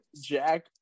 jack